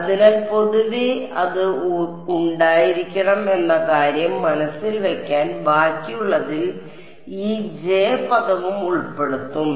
അതിനാൽ പൊതുവെ അത് ഉണ്ടായിരിക്കണം എന്ന കാര്യം മനസ്സിൽ വയ്ക്കാൻ ബാക്കിയുള്ളതിൽ ഈ J പദവും ഉൾപ്പെടുത്തും